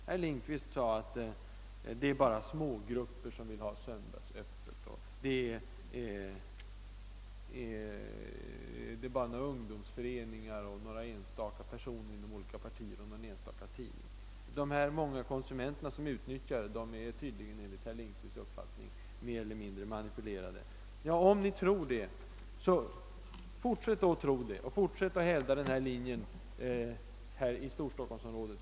Herr Lindkvist sade att det endast är smågrupper som vill ha söndagsöppet — några ungdomsföreningar, några enstaka personer inom olika partier och någon enstaka tidning. De många konsumenterna som utnyttjar öppethållande på söndagarna är tydligen, enligt herr Lindkvists uppfattning, mer eller mindre manipulerade. Om ni tror det, så fortsätt tro det och fortsätt att hävda denna linje här i Storstockholmsområdet.